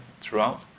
throughout